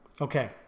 Okay